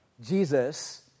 Jesus